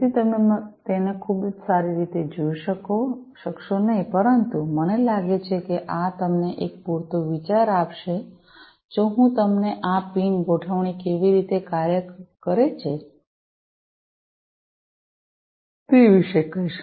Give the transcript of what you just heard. તેથી તમે તેને ખૂબ જ સારી રીતે જોઈ શકશો નહીં પરંતુ મને લાગે છે કે આ તમને એક પૂરતો વિચાર આપશે જો હું તમને આ પિન પિન ગોઠવણી કેવી રીતે કાર્ય કરે છે તે વિશે કહીશ